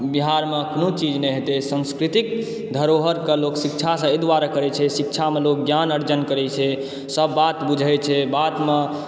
बिहारमे कोनो चीज नहि हेतय संस्कृतिक धरोहरकऽ लोक शिक्षासँ एहि दुआरे करैत छै शिक्षामऽ लोक ज्ञान अर्जन करैत छै सभ बात बुझैत छै बातमऽ